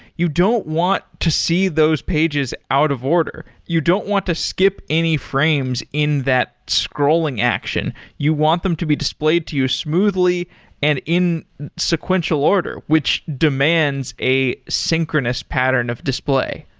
you don't want to see those pages out of order. you don't want to skip any frames in that scrolling action. you want them to be displayed to you smoothly and in sequential order, which demands a synchronous pattern of display.